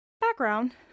background